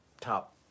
top